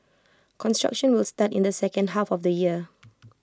construction will start in the second half of this year